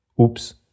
Oops